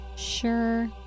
Sure